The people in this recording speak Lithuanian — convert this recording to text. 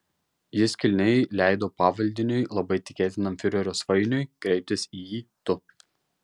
jis kilniai leido pavaldiniui labai tikėtinam fiurerio svainiui kreiptis į jį tu